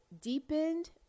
deepened